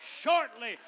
shortly